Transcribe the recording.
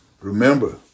Remember